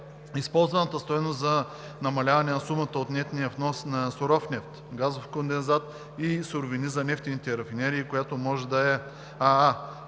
използваната стойност за намаляване на сумата от нетния внос на суров нефт, газов кондензат и суровини за нефтените рафинерии, която може да е: аа)